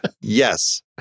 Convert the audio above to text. yes